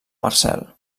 marcel